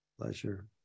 pleasure